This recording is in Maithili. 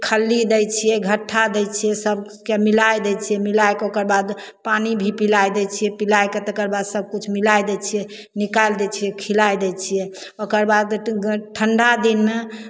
खल्ली दै छियै घट्ठा दै छियै सभके मिलाए दै छियै मिलाए कऽ ओकर बाद पानि भी पिलाए दै छियै पिलाए कऽ तकर बाद सभकिछु मिलाए दै छियै निकालि दै छियै खिलाए दै छियै ओकर बाद ठण्ढा दिनमे